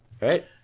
Right